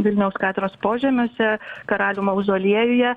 vilniaus katedros požemiuose karalių mauzoliejuje